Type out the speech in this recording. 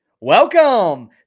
Welcome